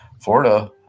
Florida